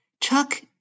Chuck